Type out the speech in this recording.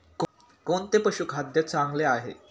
कोणते पशुखाद्य चांगले आहे?